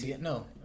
No